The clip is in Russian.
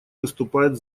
выступает